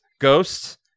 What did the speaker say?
ghosts